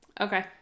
Okay